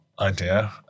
idea